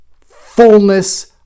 fullness